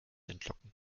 entlocken